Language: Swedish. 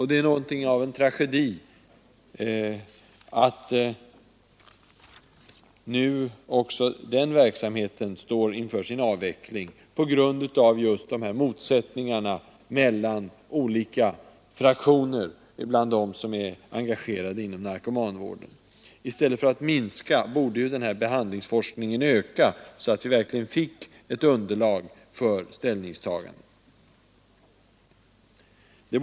Det är något av en tragedi att nu också den verksamheten står inför avveckling på grund av motsättningarna mellan olika fraktioner bland dem som är engagerade i narkomanvården. I stället för att minska borde ju denna behandlingsforskning öka, så att vi verkligen fick ett underlag för ställningstaganden.